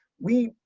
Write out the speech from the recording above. we,